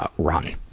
ah run.